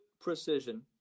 precision